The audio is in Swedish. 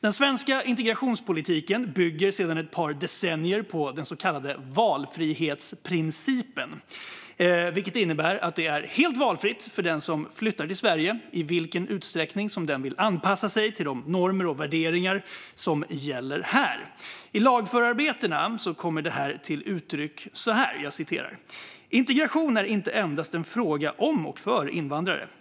Den svenska integrationspolitiken bygger sedan ett par decennier på den så kallade valfrihetsprincipen, vilket innebär att det är helt valfritt för den som flyttar till Sverige i vilken utsträckning den vill anpassa sig till de normer och värderingar som gäller här. I lagförarbetena kommer detta till uttryck så här: "Integration är inte endast en fråga om och för invandrare.